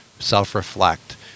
self-reflect